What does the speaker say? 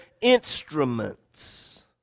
instruments